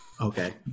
Okay